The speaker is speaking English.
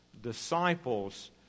disciples